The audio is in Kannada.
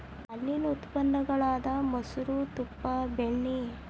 ಹಾಲೇನ ಉತ್ಪನ್ನ ಗಳಾದ ಮೊಸರು, ತುಪ್ಪಾ, ಬೆಣ್ಣಿ